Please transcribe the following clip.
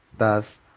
Thus